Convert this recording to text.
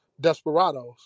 Desperados